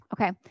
Okay